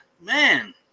Man